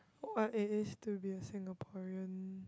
what it is to be a Singaporean